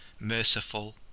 merciful